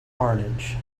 carnage